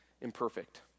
imperfect